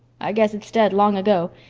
i guess it's dead long ago.